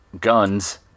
Guns